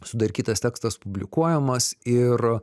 sudarkytas tekstas publikuojamas ir